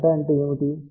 δ అంటే ఏమిటి